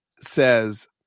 says